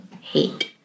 hate